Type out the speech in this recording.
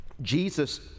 Jesus